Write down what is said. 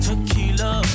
Tequila